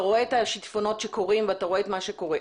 רואה את השיטפונות ואתה רואה מה שקרה,